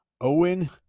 Owen